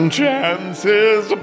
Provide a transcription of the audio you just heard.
chances